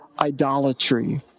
idolatry